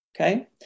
Okay